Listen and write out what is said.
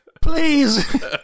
please